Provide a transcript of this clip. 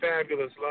Fabulous